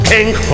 King